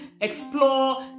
explore